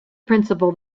principle